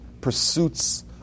pursuits